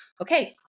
okay